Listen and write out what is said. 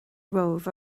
romhaibh